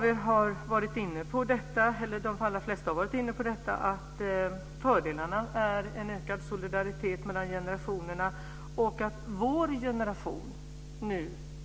De allra flesta av er har varit inne på att fördelarna är en ökad solidaritet mellan generationerna. Vår generation